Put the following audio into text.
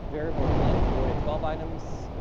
variable and length, four to twelve items,